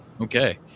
Okay